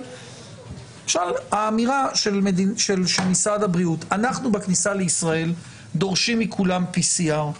האמירה של משרד הבריאות שבכניסה לישראל דורשים מכולם PCR,